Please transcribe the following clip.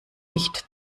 nicht